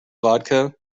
vodka